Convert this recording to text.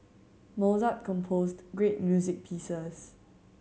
Mozart composed great music pieces